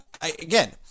again